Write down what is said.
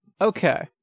Okay